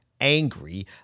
angry